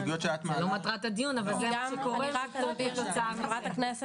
זה לא מטרת הדיון אבל זה מה שקורה כתוצאה מזה.